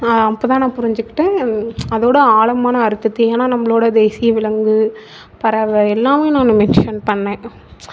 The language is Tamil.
நான் அப்போதான் நான் புரிஞ்சுக்கிட்டேன் அதோடய ஆழமான அர்த்தத்தை ஏன்னா நம்மளோட தேசிய விலங்கு பறவை எல்லாமே நான் மென்ஷன் பண்ணேன்